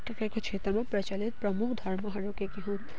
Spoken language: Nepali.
तपाईँको क्षेत्रमा प्रचलित प्रमुख धर्महरू के के हुन्